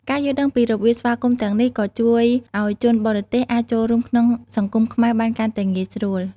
ការយល់ដឹងពីរបៀបស្វាគមន៍ទាំងនេះក៏ជួយឲ្យជនបរទេសអាចចូលរួមក្នុងសង្គមខ្មែរបានកាន់តែងាយស្រួល។